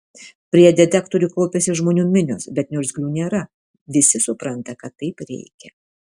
prie detektorių kaupiasi žmonių minios bet niurzglių nėra visi supranta kad taip reikia